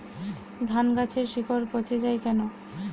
ধানগাছের শিকড় পচে য়ায় কেন?